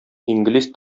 инглиз